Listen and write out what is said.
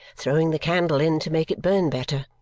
throwing the candle in to make it burn better.